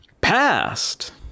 past